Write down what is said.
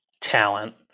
talent